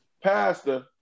pastor